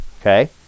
Okay